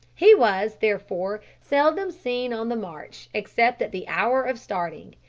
he was therefore seldom seen on the march except at the hour of starting,